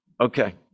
Okay